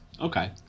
okay